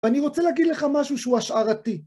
ואני רוצה להגיד לך משהו שהוא השערתי